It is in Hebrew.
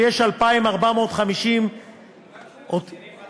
ויש 2,450 --- יש ממתינים בתור.